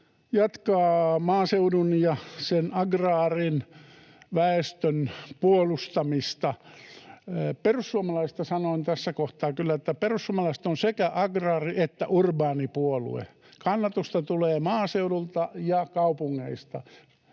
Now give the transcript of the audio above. jatkaa maaseudun ja sen agraarin väestön puolustamista. Perussuomalaisista sanon tässä kohtaa kyllä, että perussuomalaiset ovat sekä agraari että urbaani puolue. Kannatusta tulee maaseudulta ja kaupungeista